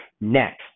next